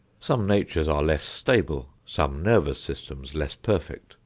some natures are less stable, some nervous systems less perfect,